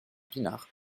pinard